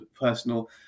personal